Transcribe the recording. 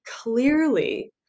clearly